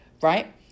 right